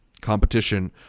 competition